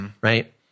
Right